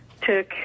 took